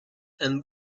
and